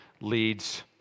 leads